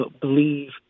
believe